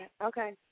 Okay